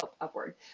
upward